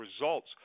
results